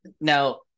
Now